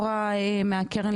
אמוץ,